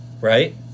right